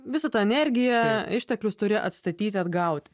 visą tą energiją išteklius turi atstatyti atgauti